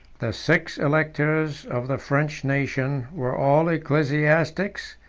the six electors of the french nation were all ecclesiastics,